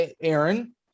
Aaron